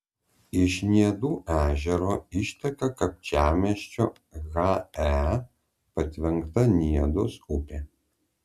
iš niedų ežero išteka kapčiamiesčio he patvenkta niedos upė